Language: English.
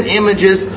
images